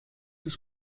tout